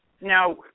Now